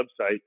website